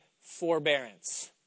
forbearance